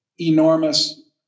enormous